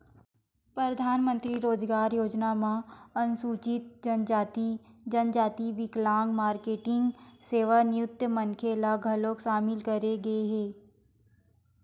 परधानमंतरी रोजगार योजना म अनुसूचित जनजाति, जनजाति, बिकलांग, मारकेटिंग, सेवानिवृत्त मनखे ल घलोक सामिल करे गे हे